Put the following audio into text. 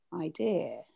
idea